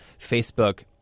Facebook